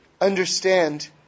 understand